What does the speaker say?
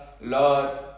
Lord